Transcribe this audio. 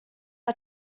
our